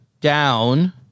down